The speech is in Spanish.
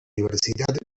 universidad